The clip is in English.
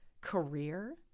career